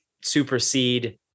supersede